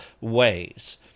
ways